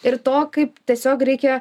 ir to kaip tiesiog reikia